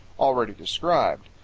already described.